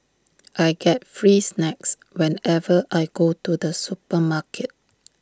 I get free snacks whenever I go to the supermarket